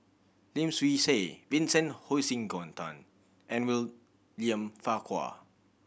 Lim Swee Say Vincent Hoisington and William Farquhar